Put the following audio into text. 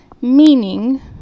meaning